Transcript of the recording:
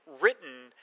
written